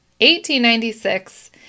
1896